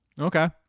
Okay